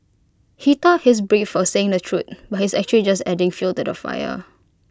he thought he's brave for saying the truth but he's actually just adding fuel to the fire